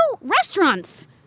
restaurants